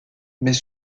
mais